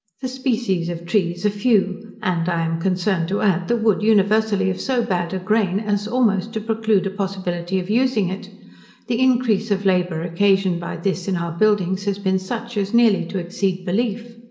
the species of trees are few, and, i am concerned to add, the wood universally of so bad a grain, as almost to preclude a possibility of using it the increase of labour occasioned by this in our buildings has been such, as nearly to exceed belief.